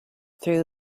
through